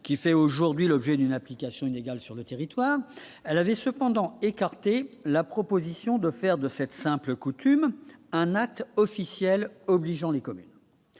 qui fait aujourd'hui l'objet d'une application inégale sur le territoire, elle avait cependant écarté la proposition de faire de fait simples coutumes un acte officiel obligeant les communes.